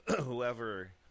whoever